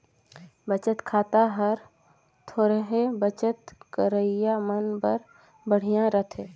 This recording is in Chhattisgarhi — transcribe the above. बचत खाता हर थोरहें बचत करइया मन बर बड़िहा रथे